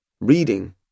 Reading